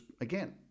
again